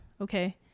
Okay